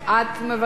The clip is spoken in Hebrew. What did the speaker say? כן.